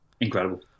incredible